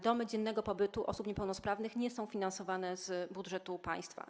Domy dziennego pobytu osób niepełnosprawnych nie są finansowane z budżetu państwa.